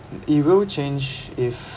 it will change if